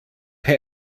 herr